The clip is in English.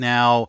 Now